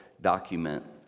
document